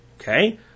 Okay